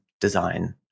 design